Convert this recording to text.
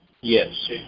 Yes